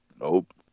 Nope